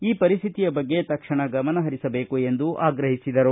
ಈ ಪರಿಸ್ಥಿತಿಯ ಬಗ್ಗೆ ತಕ್ಷಣ ಗಮನ ಹರಿಸಬೇಕು ಎಂದು ಅವರು ಆಗ್ರಹಿಸಿದರು